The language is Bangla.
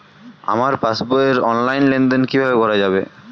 আমার পাসবই র অনলাইন লেনদেন কিভাবে করা যাবে?